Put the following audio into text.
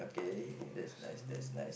yes